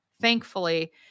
thankfully